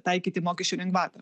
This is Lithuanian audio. taikyti mokesčių lengvatą